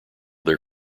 their